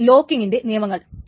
ഇതാണ് ലോക്കിങ്ങിന്റെ നിയമങ്ങൾ